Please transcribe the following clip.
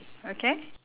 okay